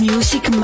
Music